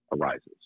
arises